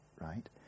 right